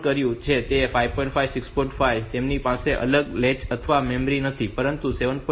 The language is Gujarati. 5 તેમની પાસે કોઈ અલગ લૅચ અથવા મેમરી નથી પરંતુ 7